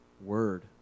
word